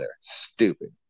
Stupid